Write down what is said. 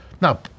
Now